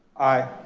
aye.